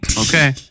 Okay